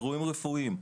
אירועים רפואיים,